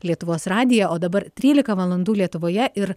lietuvos radiją o dabar trylika valandų lietuvoje ir